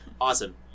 awesome